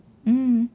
mm